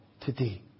today